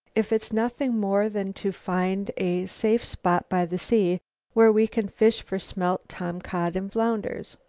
if it's nothing more than to find a safe spot by the sea where we can fish for smelt, tomcod and flounders.